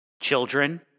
Children